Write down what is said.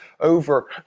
over